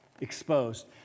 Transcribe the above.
exposed